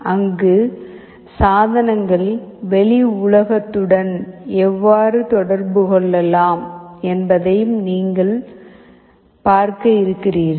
அங்கு சாதனங்கள் வெளி உலகத்துடன் எவ்வாறு தொடர்பு கொள்ளலாம் என்பதையும் நீங்கள் பார்க்க இருக்கிறீர்கள்